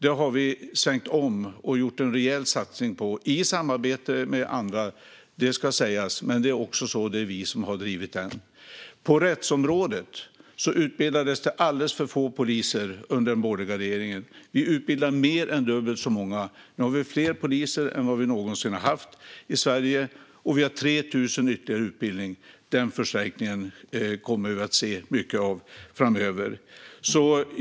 Vi har svängt om detta och gjort en rejäl satsning på det - i samarbete med andra, det ska sägas, men det är vi som har drivit detta. På rättsområdet utbildades det alldeles för få poliser under den borgerliga regeringen. Vi utbildar mer än dubbelt så många. Nu har vi fler poliser än vad vi någonsin har haft i Sverige, och vi har 3 000 ytterligare i utbildning. Den förstärkningen kommer vi att se mycket av framöver.